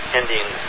ending